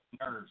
Nerves